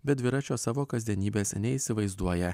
be dviračio savo kasdienybės neįsivaizduoja